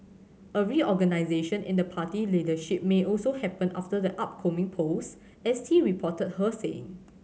a reorganisation in the party leadership may also happen after the upcoming polls S T reported her saying